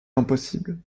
impossible